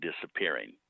Disappearing